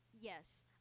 Yes